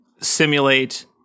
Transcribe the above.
simulate